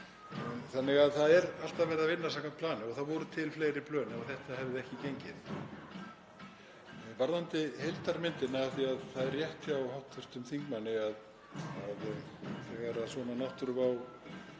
Þannig að það er alltaf verið að vinna samkvæmt plani og það voru til fleiri plön ef þetta hefði ekki gengið. Varðandi heildarmyndina, af því að það er rétt hjá hv. þingmanni að þegar svona náttúruvá